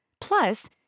Plus